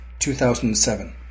2007